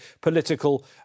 political